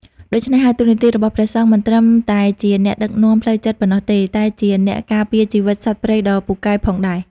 ដូច្នេះហើយ តួនាទីរបស់ព្រះសង្ឃមិនត្រឹមតែជាអ្នកដឹកនាំផ្លូវចិត្តប៉ុណ្ណោះទេ តែជាអ្នកការពារជីវិតសត្វព្រៃដ៏ពូកែផងដែរ។